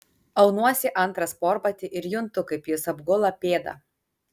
aunuosi antrą sportbatį ir juntu kaip jis apgula pėdą